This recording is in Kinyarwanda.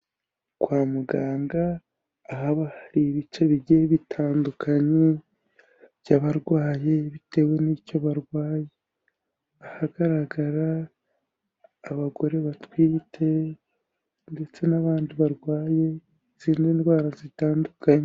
Kwa muganga ahaba hari ibice bigiye bitandukanye by'abarwayi bitewe n'icyo barwaye, ahagaragara abagore batwite ndetse n'abandi barwaye izindi ndwara zitandukanye.